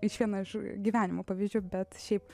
iš vieno iš gyvenimo pavyzdžiu bet šiaip